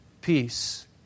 peace